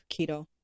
keto